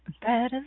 better